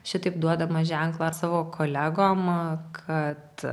šitaip duodama ženklą savo kolegom kad